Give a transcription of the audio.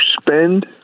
spend